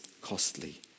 costly